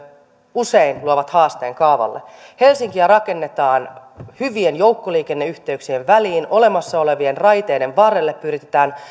usein luovat haasteen kaavalle helsinkiä rakennetaan hyvien joukkoliikenneyhteyksien väliin olemassa olevien raiteiden varrelle pyritään